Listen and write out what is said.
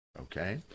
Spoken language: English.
okay